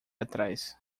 atrás